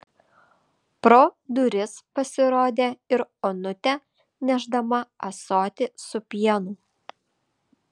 pro duris pasirodė ir onutė nešdama ąsotį su pienu